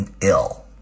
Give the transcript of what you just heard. ill